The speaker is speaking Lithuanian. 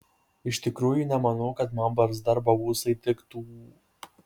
iš tikrųjų nemanau kad man barzda arba ūsai tiktų